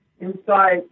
inside